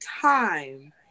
time